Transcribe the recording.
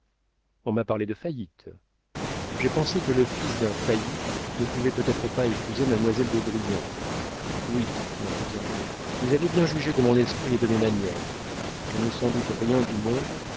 on m'a parlé de faillite j'ai pensé que le fils d'un failli ne pouvait peut-être pas épouser mademoiselle d'aubrion oui mon cousin vous avez bien jugé de mon esprit et de mes manières je n'ai sans doute rien du monde